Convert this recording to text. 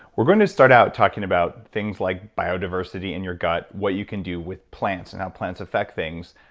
we're going to start out talking about things like biodiversity in your gut, what you can do with plants and how plants affect things,